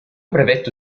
brevetto